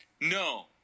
No